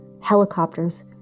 helicopters